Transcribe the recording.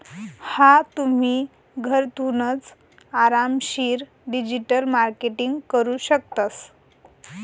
हा तुम्ही, घरथूनच आरामशीर डिजिटल मार्केटिंग करू शकतस